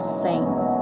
saints